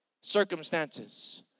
circumstances